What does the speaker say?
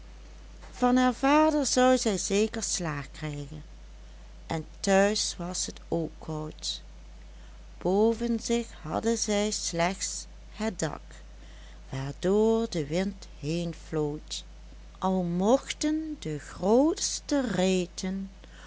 van haar vader zou zij zeker slaag krijgen en te huis was het ook koud boven zich hadden zij slechts het dak waardoor de wind heenfloot al mochten de grootste reten